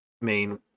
main